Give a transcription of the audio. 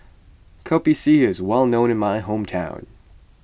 Kopi C is well known in my hometown